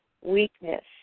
weakness